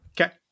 Okay